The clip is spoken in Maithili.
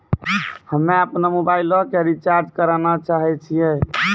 हम्मे अपनो मोबाइलो के रिचार्ज करना चाहै छिये